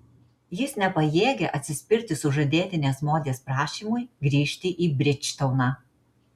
jis nepajėgia atsispirti sužadėtinės modės prašymui grįžti į bridžtauną